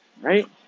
right